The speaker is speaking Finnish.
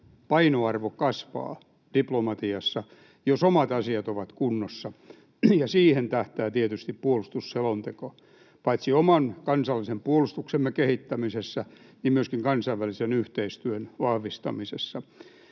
painoarvo kasvaa diplomatiassa, jos omat asiat ovat kunnossa, ja siihen puolustusselonteko tietysti tähtää paitsi oman kansallisen puolustuksemme kehittämisessä myöskin kansainvälisen yhteistyön vahvistamisessa.